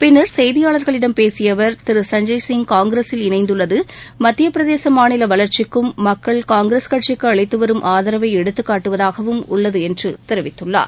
பின்னர் செய்தியாளர்களிடம் பேசிய அவர் திரு சஞ்சய் சிங் காங்கிரசில் இணைந்துள்ளது மத்திய பிரதேச மாநில வளர்ச்சிக்கும் மக்கள் காங்கிரஸ் கட்சிக்கு அளித்துவரும் ஆதரவை எடுத்துகாட்டுவதாக உள்ளது என்று தெரிவித்துள்ளார்